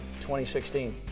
2016